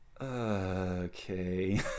okay